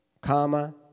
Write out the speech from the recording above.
comma